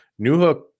Newhook